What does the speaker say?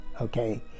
okay